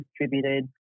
distributed